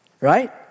right